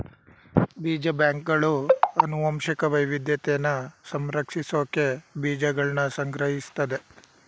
ಬೀಜ ಬ್ಯಾಂಕ್ಗಳು ಅನುವಂಶಿಕ ವೈವಿದ್ಯತೆನ ಸಂರಕ್ಷಿಸ್ಸೋಕೆ ಬೀಜಗಳ್ನ ಸಂಗ್ರಹಿಸ್ತದೆ